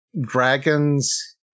dragons